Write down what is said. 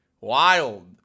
Wild